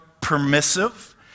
permissive